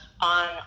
on